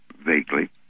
vaguely